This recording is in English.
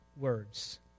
words